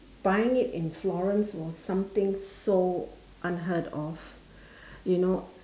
buying it in florence was something so unheard of you know